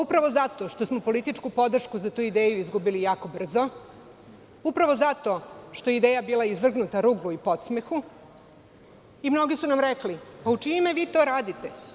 Upravo zato što smo političku podršku za tu ideju izgubili jako brzo, upravo zato što je ideja bila izvrgnuta ruglu i podsmehu, i mnogi su nam rekli - a u čije ime vi to radite?